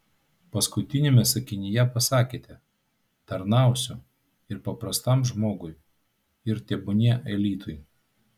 paskutiniame sakinyje pasakėte tarnausiu ir paprastam žmogui ir tebūnie elitui